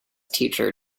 teacher